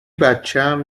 بچم